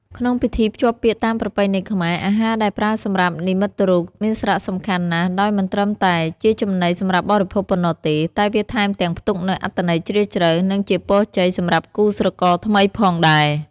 ក្នុងពិធីភ្ជាប់ពាក្យតាមប្រពៃណីខ្មែរ អាហារដែលប្រើសម្រាប់និមិត្តរូបមានសារៈសំខាន់ណាស់ដោយមិនត្រឹមតែជាចំណីសម្រាប់បរិភោគប៉ុណ្ណោះទេ តែវាថែមទាំងផ្ទុកនូវអត្ថន័យជ្រាលជ្រៅ និងជាពរជ័យសម្រាប់គូស្រករថ្មីផងដែរ។